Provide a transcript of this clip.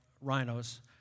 rhinos